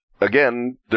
Again